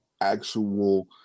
actual